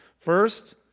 First